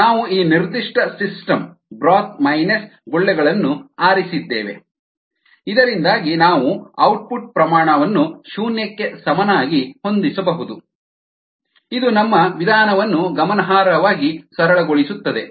ನಾವು ಈ ನಿರ್ದಿಷ್ಟ ಸಿಸ್ಟಮ್ ಬ್ರೋತ್ ಮೈನಸ್ ಗುಳ್ಳೆಗಳನ್ನು ಆರಿಸಿದ್ದೇವೆ ಇದರಿಂದಾಗಿ ನಾವು ಔಟ್ಪುಟ್ ಪ್ರಮಾಣ ಅನ್ನು ಶೂನ್ಯಕ್ಕೆ ಸಮನಾಗಿ ಹೊಂದಿಸಬಹುದು ಇದು ನಮ್ಮ ವಿಧಾನವನ್ನು ಗಮನಾರ್ಹವಾಗಿ ಸರಳಗೊಳಿಸುತ್ತದೆ